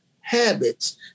habits